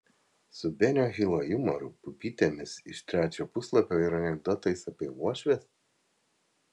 su benio hilo jumoru pupytėmis iš trečio puslapio ir anekdotais apie uošves